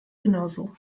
genauso